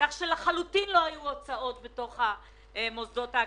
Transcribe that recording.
לא היו הוצאות בתקופה הזאת בתוך המוסדות האקדמיים.